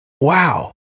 wow